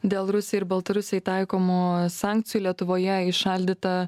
dėl rusijai ir baltarusijai taikomų sankcijų lietuvoje įšaldyta